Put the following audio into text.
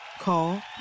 Call